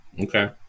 okay